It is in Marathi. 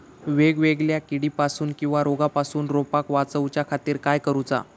वेगवेगल्या किडीपासून किवा रोगापासून रोपाक वाचउच्या खातीर काय करूचा?